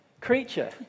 creature